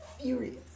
furious